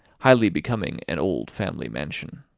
highly becoming an old family mansion.